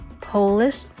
Polish